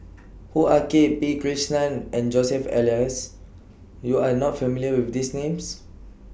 Hoo Ah Kay P Krishnan and Joseph Elias YOU Are not familiar with These Names